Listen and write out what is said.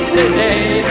today